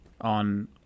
on